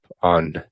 on